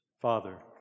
Father